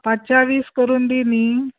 पांचश्यां वीस करून दी न्हय